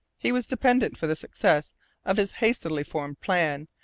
he was dependent for the success of his hastily-formed plan,